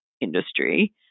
industry